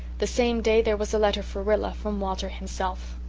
the same day there was a letter for rilla from walter himself.